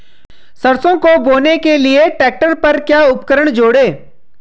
सरसों को बोने के लिये ट्रैक्टर पर क्या उपकरण जोड़ें?